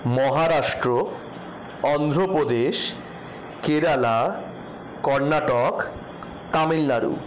Maharashtra Andhra Pradesh Kerala Karnataka Tamil Nadu